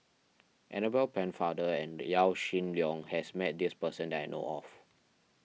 Annabel Pennefather and Yaw Shin Leong has met this person that I know of